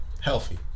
Healthy